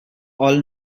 all